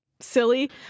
Silly